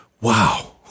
wow